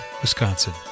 Wisconsin